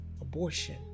Abortion